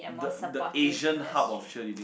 the the Asian hub of cheerleading